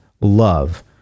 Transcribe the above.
love